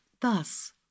thus